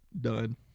done